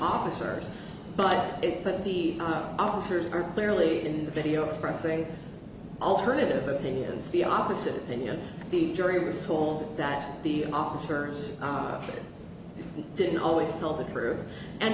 officers but it put the officers are clearly in the video expressing alternative opinions the opposite opinion the jury was told that the officers didn't always tell the truth and